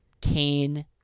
Kane